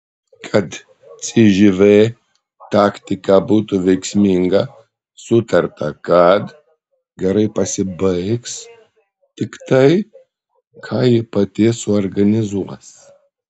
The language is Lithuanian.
kad cžv taktika būtų veiksminga sutarta kad gerai pasibaigs tik tai ką ji pati suorganizuos